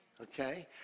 okay